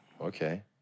Okay